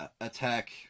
attack